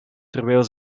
terwijl